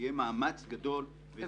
שיהיה מאמץ גדול.